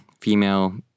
female